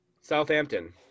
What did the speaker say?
southampton